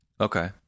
okay